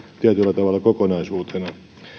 tietyllä tavalla kokonaisuutena